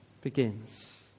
begins